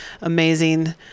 amazing